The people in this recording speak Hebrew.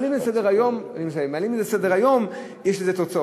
כשמעלים את זה לסדר-היום, יש לזה תוצאות.